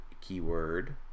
keyword